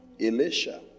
Elisha